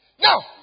Now